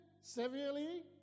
severely